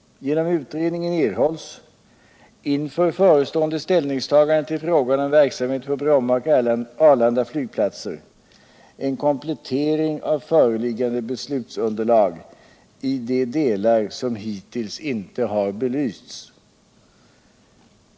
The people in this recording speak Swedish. Genom utredningen erhålls - inför förestående ställningstagande till frågan om verksamheten på Bromma och Arlanda flygplatser — en komplettering av föreliggande beslutsunderlag i de delar som hittills inte har belysts.